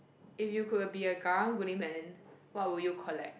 if you could be a karang guni man what would you collect